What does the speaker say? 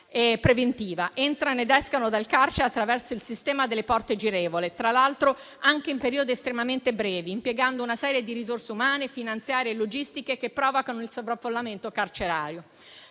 preventiva, entrano ed escono dal carcere attraverso il sistema delle porte girevoli, tra l'altro anche in periodi estremamente brevi, impiegando una serie di risorse umane, finanziarie e logistiche che provocano il sovraffollamento carcerario.